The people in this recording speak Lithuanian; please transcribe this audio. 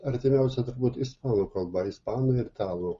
artimiausia turbūt ispanų kalba ispanų ir italų